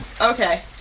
Okay